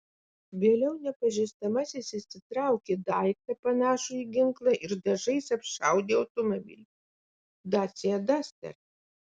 vėliau nepažįstamasis išsitraukė daiktą panašų į ginklą ir dažais apšaudė automobilį dacia duster